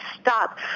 stop